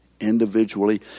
individually